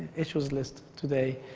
issues list today.